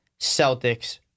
Celtics